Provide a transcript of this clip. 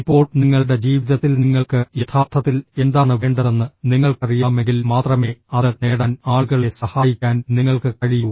ഇപ്പോൾ നിങ്ങളുടെ ജീവിതത്തിൽ നിങ്ങൾക്ക് യഥാർത്ഥത്തിൽ എന്താണ് വേണ്ടതെന്ന് നിങ്ങൾക്കറിയാമെങ്കിൽ മാത്രമേ അത് നേടാൻ ആളുകളെ സഹായിക്കാൻ നിങ്ങൾക്ക് കഴിയൂ